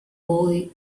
boy